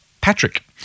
Patrick